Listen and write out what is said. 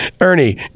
Ernie